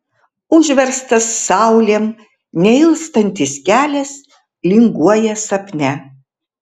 užverstas saulėm neilstantis kelias linguoja sapne